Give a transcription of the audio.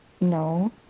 no